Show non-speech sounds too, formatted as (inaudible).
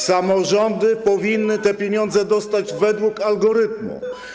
Samorządy powinny (noise) te pieniądze dostać według algorytmu.